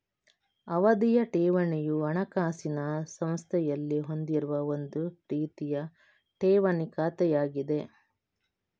ಅವಧಿಯ ಠೇವಣಿಯು ಹಣಕಾಸಿನ ಸಂಸ್ಥೆಯಲ್ಲಿ ಹೊಂದಿರುವ ಒಂದು ರೀತಿಯ ಠೇವಣಿ ಖಾತೆಯಾಗಿದೆ